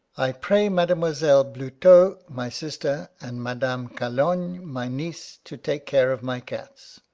i pray mademoiselle bluteau, my sister, and madame calogne, my niece, to take care of my cats.